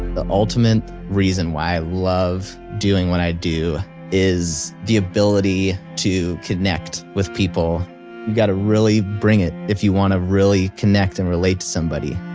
the ultimate reason why i love doing what i do is the ability to connect with people you got to really bring it if you want to really connect and relate to somebody.